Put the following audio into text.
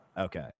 Okay